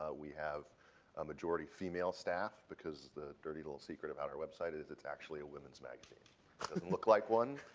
ah we have a majority female staff because the dirty little secret about our website is it's actually a women's magazine. it doesn't look like one,